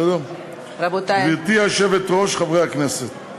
גברתי היושבת-ראש, חברי הכנסת,